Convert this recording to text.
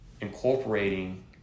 incorporating